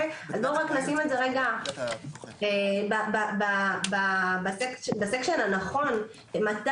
זה רק כדי לשים את זה לרגע בחלק הנכון - מתי